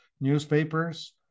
newspapers